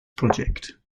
project